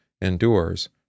endures